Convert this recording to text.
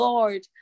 Lord